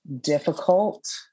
difficult